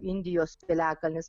indijos piliakalnis